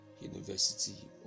University